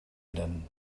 eren